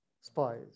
spies